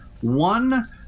One